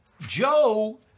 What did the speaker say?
Joe